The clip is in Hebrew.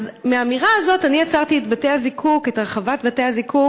מהאמירה הזאת, "אני עצרתי את הרחבת בתי-הזיקוק"